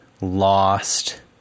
lost